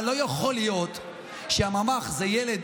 אבל לא יכול להיות שבממ"ח זה ילד,